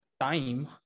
time